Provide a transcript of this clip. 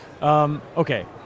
Okay